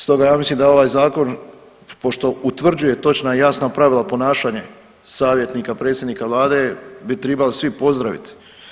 Stoga ja mislim da je ovaj zakon pošto utvrđuje točna i jasna pravila ponašanja savjetnika predsjednika vlade bi tribali svi pozdraviti.